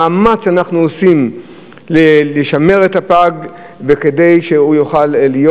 המאמץ שאנחנו עושים לשמר את הפג וכדי שהוא יוכל להיות